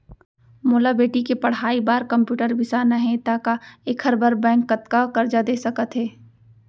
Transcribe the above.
मोला बेटी के पढ़ई बार कम्प्यूटर बिसाना हे त का एखर बर बैंक कतका करजा दे सकत हे?